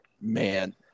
man